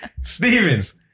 Stevens